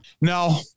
no